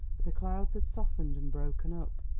but the clouds had softened and broken up.